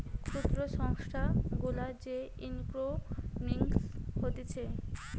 ক্ষুদ্র সংস্থা গুলার যে ইকোনোমিক্স হতিছে